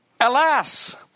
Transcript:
Alas